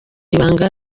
ibanga